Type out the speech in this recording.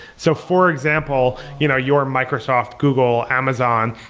so for example, you know you're microsoft, google, amazon,